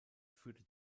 führte